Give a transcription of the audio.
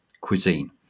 cuisine